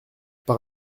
par